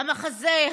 המחזה,